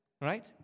Right